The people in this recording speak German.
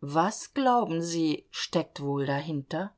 was glauben sie steckt wohl dahinter